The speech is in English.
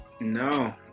No